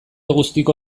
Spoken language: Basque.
guztiko